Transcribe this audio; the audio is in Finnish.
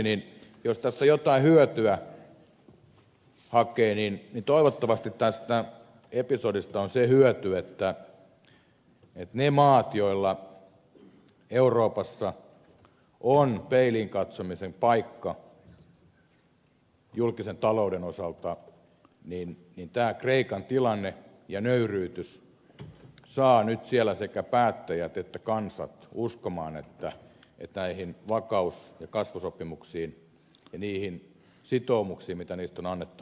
jos tästä jotain hyötyä hakee niin toivottavasti tästä episodista on se hyöty että niissä maissa joilla euroopassa on peiliin katsomisen paikka julkisen talouden osalta tämä kreikan tilanne ja nöyryytys saavat nyt sekä päättäjät että kansat uskomaan että tässä vakaus ja kasvusopimuksessa ja niissä sitoumuksissa mitä on annettu pitää myöskin pysyä